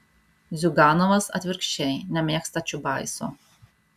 ziuganovas atvirkščiai nemėgsta čiubaiso